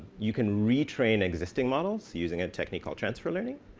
you can retrain existing models using a technique called transfer learning,